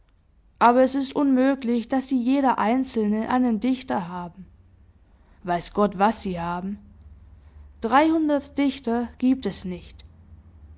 aber es ist unmöglich daß sie jeder einzelne einen dichter haben weiß gott was sie haben dreihundert dichter giebt es nicht